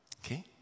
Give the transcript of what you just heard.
Okay